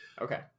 Okay